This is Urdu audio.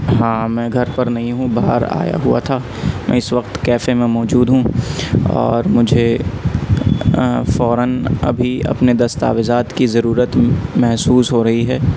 ہاں میں گھر پر نہیں ہوں باہر آیا ہوا تھا میں اس وقت کیفے میں موجود ہوں اور مجھے فوراً ابھی اپنے دستاویزات کی ضرورت محسوس ہو رہی ہے